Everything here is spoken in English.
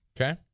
Okay